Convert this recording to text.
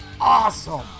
awesome